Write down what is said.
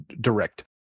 direct